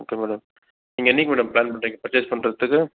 okay madam நீங்கள் என்னைக்கு madam plan பண்ணுறீங்க பர்சேஸ் பண்ணுறதுக்கு